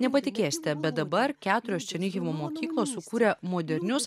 nepatikėsite bet dabar keturios černihimo mokyklos sukūrė modernius